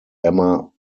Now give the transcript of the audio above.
emma